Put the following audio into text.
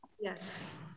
Yes